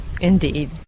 Indeed